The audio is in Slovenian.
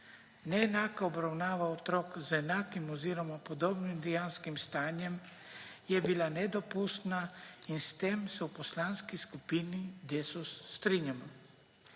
Neenaka obravnava otrok z enakim oziroma podobnim dejanskim stanjem je bila nedopustna in s tem se v Poslanski skupini Desus strinjamo.